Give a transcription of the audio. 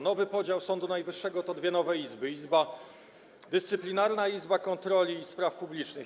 Nowy podział Sądu Najwyższego to dwie nowe izby - Izba Dyscyplinarna i izba kontroli i spraw publicznych.